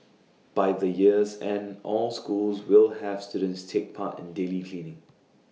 by the year's end all schools will have students take part in daily cleaning